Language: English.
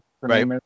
Right